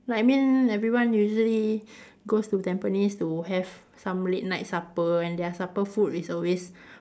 like I mean everyone usually goes to Tampines to have some late night supper and their supper food is always